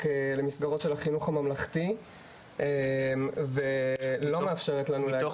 למסגרות של החינוך הממלכתי ולא מאפשרת לנו- -- מתוך